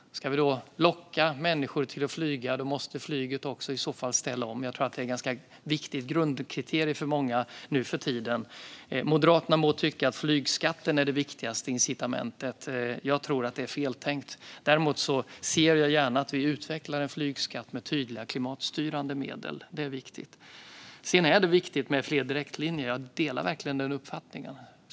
Ska vi locka människor att flyga måste flyget i så fall ställa om. Jag tror att det är ett ganska viktigt grundkriterium för många nu för tiden. Moderaterna må tycka att flygskatten är det viktigaste incitamentet, men jag tror att det är feltänkt. Däremot ser jag gärna att vi utvecklar en flygskatt med tydligt klimatstyrande medel. Det är viktigt. Sedan är det viktigt med fler direktlinjer. Jag delar verkligen den uppfattningen.